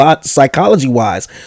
psychology-wise